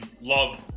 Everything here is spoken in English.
love